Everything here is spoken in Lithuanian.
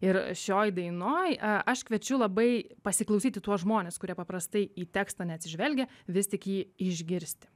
ir šioj dainoj aš kviečiu labai pasiklausyti tuos žmones kurie paprastai į tekstą neatsižvelgia vis tik jį išgirsti